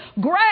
great